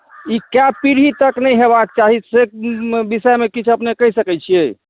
ई कए पीढ़ी तक नहि होयबाक चाही से विषयमे किछु अपने कहि सकैत छियै